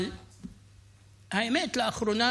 אבל האמת, לאחרונה